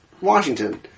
Washington